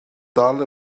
dal